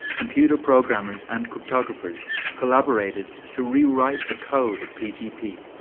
computer programmers and cryptographers collaborated to rewrite the code of pgp,